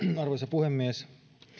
puhemies